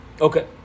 Okay